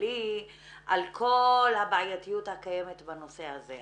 כללי על כל הבעייתיות הקיימת בנושא הזה.